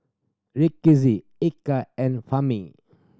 Rizqi Eka and Fahmi